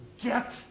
get